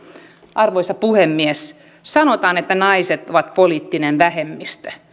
arvoisa puhemies sanotaan että naiset ovat poliittinen vähemmistö